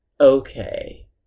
Okay